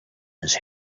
his